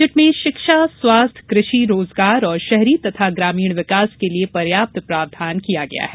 budget में शिक्षा स्वास्थ्य कृषि रोजगार और शहरी तथा ग्रामीण विकास के लिए पर्याप्त प्रावधान किया गया है